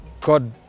God